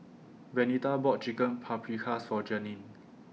Venita bought Chicken Paprikas For Janeen